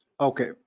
Okay